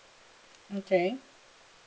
okay